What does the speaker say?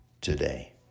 today